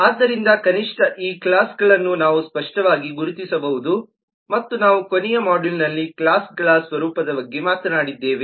ಆದ್ದರಿಂದ ಕನಿಷ್ಠ ಈ ಕ್ಲಾಸ್ಗಳನ್ನು ನಾವು ಸ್ಪಷ್ಟವಾಗಿ ಗುರುತಿಸಬಹುದು ಮತ್ತು ನಾವು ಕೊನೆಯ ಮಾಡ್ಯೂಲ್ನಲ್ಲಿ ಕ್ಲಾಸ್ಗಳ ಸ್ವರೂಪದ ಬಗ್ಗೆ ಮಾತನಾಡಿದ್ದೇವೆ